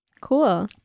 cool